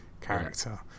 character